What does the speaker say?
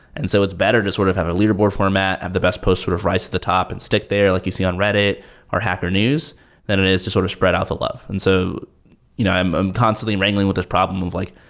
and so it's better to sort of have a leaderboard format, have the best post sort of rise at the top and stick there like you see on reddit or hacker news than it is to sort of spread out the love. and so you know i'm constantly wrangling with this problem of like,